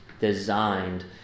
designed